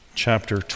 chapter